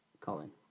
Colin